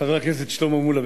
חבר הכנסת שלמה מולה,